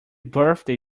birthday